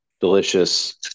delicious